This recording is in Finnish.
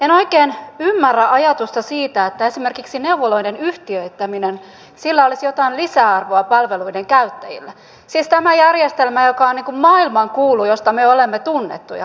en oikein ymmärrä ajatusta siitä että esimerkiksi neuvoloiden yhtiöittämisellä olisi jotain lisäarvoa palveluiden käyttäjille siis tässä järjestelmässä joka on maailmankuulu ja josta me olemme tunnettuja